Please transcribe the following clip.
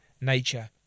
nature